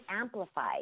amplified